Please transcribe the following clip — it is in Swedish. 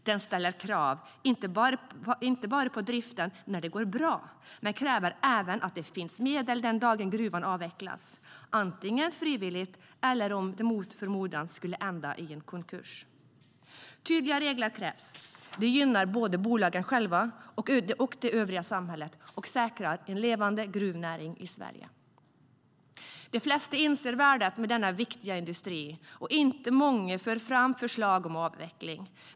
Den ställer krav på driften inte bara när det går bra, utan kräver även att det finns medel den dag gruvan avvecklas, antingen frivilligt eller om det mot förmodan skulle ända i en konkurs. Tydliga regler krävs. Det gynnar både bolagen själva och det övriga samhället och säkrar en levande gruvnäring i Sverige. De flesta inser värdet av denna viktiga industri, och inte många för fram förslag om avveckling.